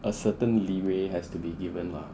a certain leeway has to be given lah